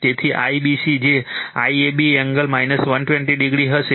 તેથી IBC જે IAB angle 120o હશે